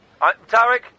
Tarek